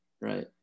right